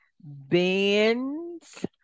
bends